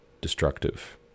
destructive